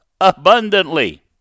abundantly